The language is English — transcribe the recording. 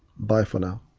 bye for now.